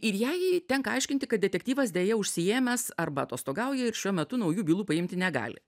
ir jai tenka aiškinti kad detektyvas deja užsiėmęs arba atostogauja ir šiuo metu naujų bylų paimti negali